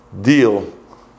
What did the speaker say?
deal